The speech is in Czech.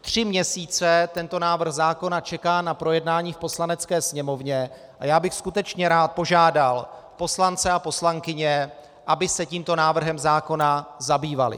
Tři měsíce tento návrh zákona čeká na projednání v Poslanecké sněmovně a já bych skutečně rád požádal poslance a poslankyně, aby se tímto návrhem zákona zabývali.